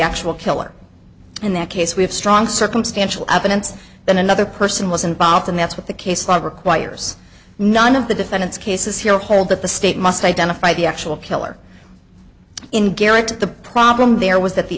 actual killer in that case we have strong circumstantial evidence than another person was involved and that's what the case law requires none of the defendants cases here hold that the state must identify the actual killer in garrett the problem there was that the